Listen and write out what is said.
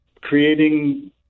creating